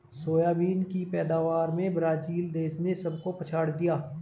soybean की पैदावार में ब्राजील देश ने सबको पछाड़ दिया